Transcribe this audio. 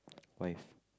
wife